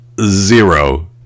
zero